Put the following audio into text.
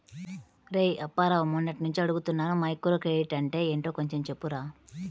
రేయ్ అప్పారావు, మొన్నట్నుంచి అడుగుతున్నాను మైక్రోక్రెడిట్ అంటే ఏంటో కొంచెం చెప్పురా